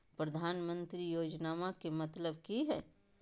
प्रधानमंत्री योजनामा के मतलब कि हय?